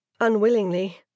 Unwillingly